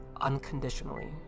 unconditionally